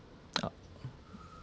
yup